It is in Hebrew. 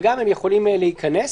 וגם הם יכולים להיכנס.